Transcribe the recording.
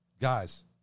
Guys